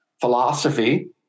philosophy